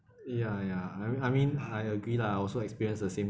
ya ya I I mean I agree lah also experience the same